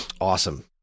Awesome